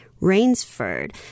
Rainsford